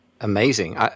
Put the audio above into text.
Amazing